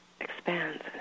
expands